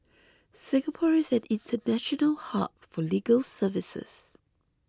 Singapore is an international hub for legal services